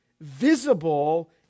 visible